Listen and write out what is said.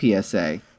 PSA